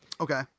okay